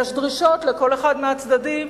יש דרישות לכל אחד מהצדדים,